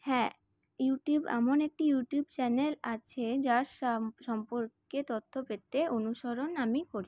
হ্যাঁ ইউটিউব এমন একটি ইউটিউব চ্যানেল আছে যার সম্পর্কে তথ্য পেতে অনুসরণ আমি করি